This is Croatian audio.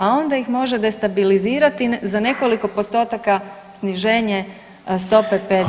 A onda ih može destabilizirati za nekoliko postotaka sniženje stope PDV-